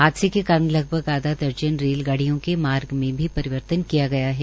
हादसे के कारण लगभग आधा दर्जन रेलगाडिय़ों के मार्ग में भी परिवर्तन किया गया है